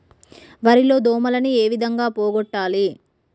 వరి లో దోమలని ఏ విధంగా పోగొట్టాలి?